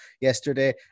yesterday